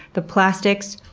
the plastics,